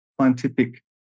scientific